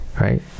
right